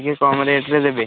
ଟିକିଏ କମ୍ ରେଟ୍ ରେ ଦେବେ